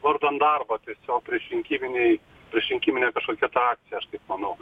vardan darbo tiesiog priešrinkiminiai priešrinkiminė kažkokia ta akcija aš taip manau